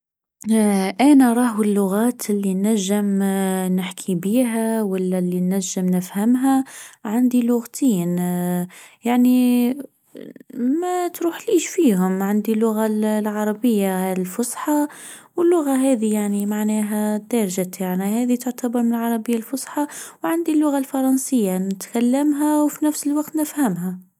أنا راه اللغات إللي نجم نحكي بيها ولا إللي نجم نفهمها عندي لغتين يعني ما تروحليش فيهم عندي لغه العربيه الفصحى واللغه هذه يعني معناها تاج يعني هذه تعتبر العربيه الفصحى وعندي اللغه الفرنسيه نتكلمها وفي نفس الوقت نفهمها..